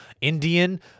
Indian